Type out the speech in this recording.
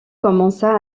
commença